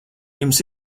jums